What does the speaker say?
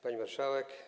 Pani Marszałek!